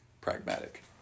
pragmatic